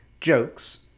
jokes